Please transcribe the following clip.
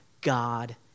God